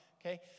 okay